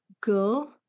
go